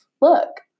look